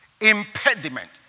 impediment